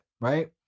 right